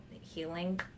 healing